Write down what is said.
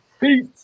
Peace